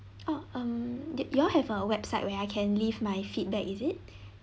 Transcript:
oh um did you all have a website where I can leave my feedback is it